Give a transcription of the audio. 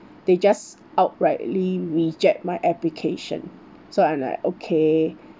they just outrightly reject my application so I'm like okay